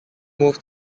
moved